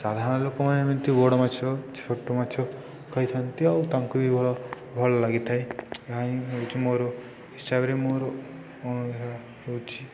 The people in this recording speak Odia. ସାଧାରଣ ଲୋକମାନେ ଏମିତି ବଡ଼ ମାଛ ଛୋଟ ମାଛ ଖାଇଥାନ୍ତି ଆଉ ତାଙ୍କୁ ବି ଭଲ ଲାଗିଥାଏ ଏହା ହିଁ ହେଉଛି ମୋର ହିସାବରେ ମୋର ହେଉଛିି